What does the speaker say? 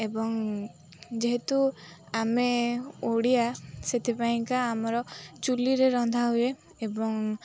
ଏବଂ ଯେହେତୁ ଆମେ ଓଡ଼ିଆ ସେଥିପାଇଁକା ଆମର ଚୁଲିରେ ରନ୍ଧା ହୁଏ ଏବଂ